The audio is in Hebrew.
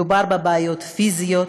מדובר בבעיות פיזיות,